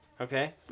Okay